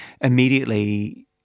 immediately